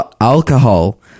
alcohol